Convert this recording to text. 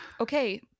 Okay